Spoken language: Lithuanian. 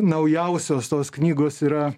naujausios tos knygos yra